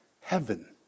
heaven